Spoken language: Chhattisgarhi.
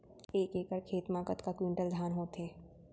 एक एकड़ खेत मा कतका क्विंटल धान होथे?